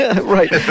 Right